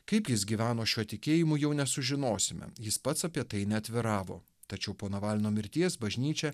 kaip jis gyveno šiuo tikėjimu jau nesužinosime jis pats apie tai neatviravo tačiau po navalno mirties bažnyčia